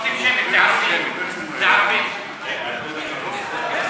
לשנת התקציב 2016, כהצעת הוועדה, נתקבל.